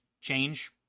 change